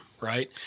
Right